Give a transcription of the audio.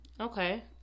Okay